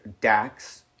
Dax